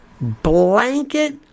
blanket